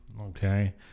okay